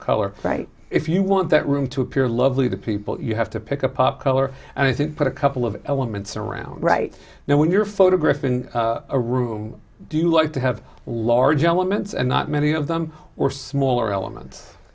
color if you want that room to appear lovely to people you have to pick up a color and i think put a couple of elements around right now when you're photograph in a room do you like to have large elements and not many of them were smaller elements